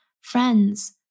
Friends